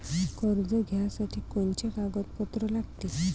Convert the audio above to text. कर्ज घ्यासाठी कोनचे कागदपत्र लागते?